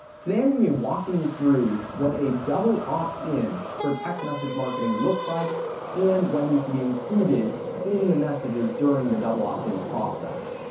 today, i'm gonna be walking you through what a double opt-in for text message marketing looks like and what needs to be included in the messages during the double opt-in process.